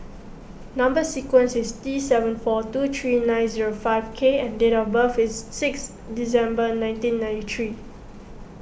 Number Sequence is T seven four two three nine zero five K and date of birth is six December nineteen ninety three